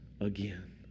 again